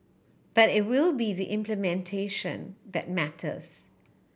but it will be the implementation that matters